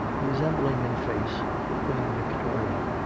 resembling in face queen victoria,